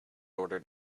order